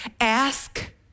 ask